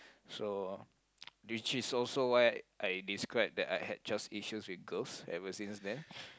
so which is also why I described that I had trust issues with girls ever since then